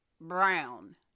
brown